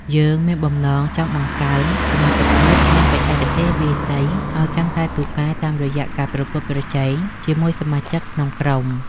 យើងមានបំណងចង់បង្កើនសមត្ថភាព និងបច្ចេកទេសវាយសីឱ្យកាន់តែពូកែតាមរយៈការប្រកួតប្រជែងជាមួយសមាជិកក្នុងក្រុម។